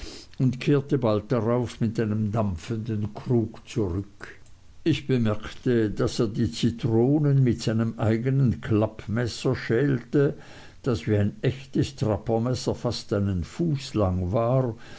und kehrte bald darauf mit einem dampfenden krug zurück ich bemerkte daß er die zitronen mit seinem eignen klappmesser schälte das wie ein echtes trappermesser fast einen fuß lang war